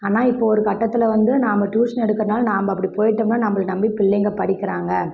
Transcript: ஆனால் இப்போது ஒரு கட்டத்தில் வந்து நாம் டியூஷன் எடுக்கிறனால நாம்ப அப்படி போயிட்டோம்ன்னால் நம்மளை நம்பி பிள்ளைங்க படிக்கிறாங்க